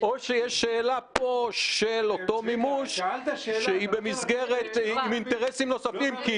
או שיש פה שאלה של אותו מימוש עם אינטרסים נוספים.